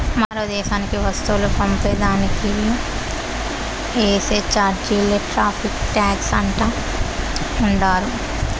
మరో దేశానికి వస్తువులు పంపే దానికి ఏసే చార్జీలే టార్రిఫ్ టాక్స్ అంటా ఉండారు